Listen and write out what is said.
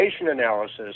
analysis